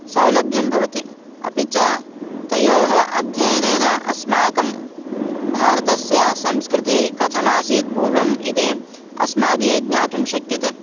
सौलभ्यं भवति अपि च तयोः अध्ययनेन अस्माकं भारतस्य संस्कृतिः कथमासीत् पूर्वम् इति अस्माभिः ज्ञातुं शक्यते